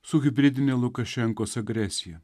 su hibridine lukašenkos agresija